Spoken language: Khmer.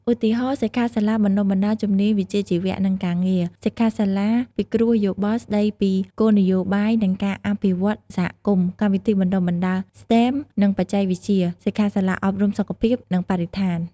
ឧទាហរណ៍សិក្ខាសាលាបណ្តុះបណ្តាលជំនាញវិជ្ជាជីវៈ និងការងារ សិក្ខាសាលាពិគ្រោះយោបល់ស្តីពីគោលនយោបាយ និងការអភិវឌ្ឍសហគមន៍ កម្មវិធីបណ្តុះបណ្តាល STEM និងបច្ចេកវិទ្យា សិក្ខាសាលាអប់រំសុខភាព និងបរិស្ថាន។